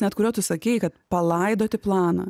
net kuriuo tu sakei kad palaidoti planą